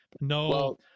No